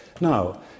now